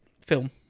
film